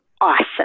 awesome